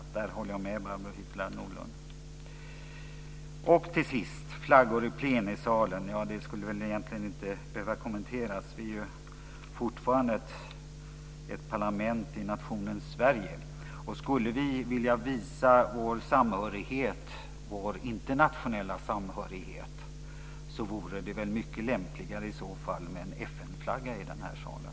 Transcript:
I det avseendet håller jag med Barbro Hietala Nordlund. Till sist gäller det flaggor i plenisalen. Det skulle väl egentligen inte behöva kommenteras. Vi är ju fortfarande ett parlament i nationen Sverige. Om vi skulle vilja visa vår internationella samhörighet vore det väl i så fall mycket lämpligare med en FN-flagga i den här salen.